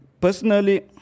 personally